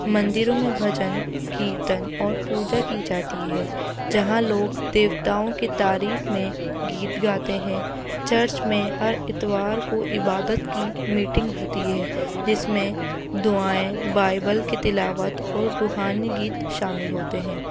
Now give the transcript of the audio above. مندروں میں بھجن کیرتن اور پوجا کی جاتی ہے جہاں لوگ دیوتاؤں کی تعریف میں گیت گاتے ہیں چرچ میں ہر اتوار کو عبادت کی میٹنگ ہوتی ہے جس میں دعائیں بائبل کے تلاوت اور روحانی گیت شامل ہوتے ہیں